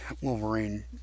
Wolverine